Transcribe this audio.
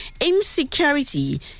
Insecurity